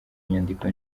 nyandiko